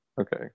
Okay